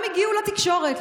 גם הגיעו לתקשורת,